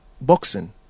boxing